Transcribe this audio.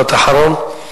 משפט אחרון.